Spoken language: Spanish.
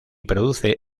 produce